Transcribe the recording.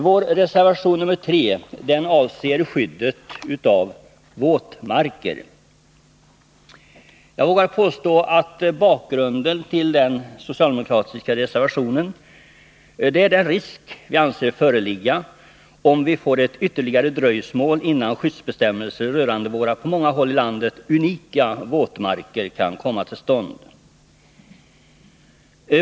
Vår reservation 3 avser skyddet av våtmarker. Jag vågar påstå att bakgrunden till den socialdemokratiska reservationen är den risk vi anser föreligga om vi får ett ytterligare dröjsmål innan skyddsbestämmelser rörande våra, på många håll i landet, unika våtmarker kan komma till stånd.